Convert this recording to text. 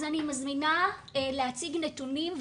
אז אני מזמינה להציג נתונים,